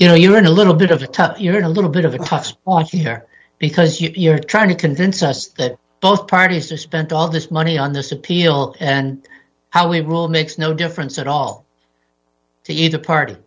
you know you're in a little bit of a tough you're a little bit of a tough spot here because you're trying to convince us that both parties to spend all this money on this appeal and how we rule makes no difference at all to either party